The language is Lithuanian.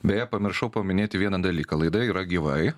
beje pamiršau paminėti vieną dalyką laida yra gyvai